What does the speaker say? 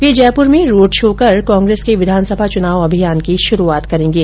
वे जयपुर में road show कर कांग्रेस के विधानसभा चुनाव अभियान की शुरूआत करेंगे